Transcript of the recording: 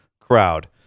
crowd